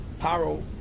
Paro